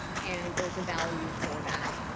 and there's a value for that.